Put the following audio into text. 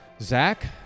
Zach